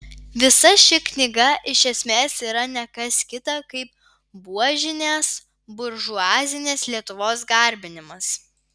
visa ši knyga iš esmės yra ne kas kita kaip buožinės buržuazinės lietuvos garbinimas